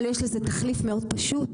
אבל יש לה תחליף מאוד פשוט.